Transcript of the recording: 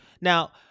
Now